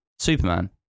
Superman